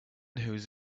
whose